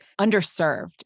underserved